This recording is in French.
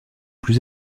plus